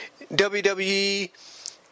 WWE